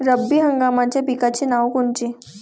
रब्बी हंगामाच्या पिकाचे नावं कोनचे?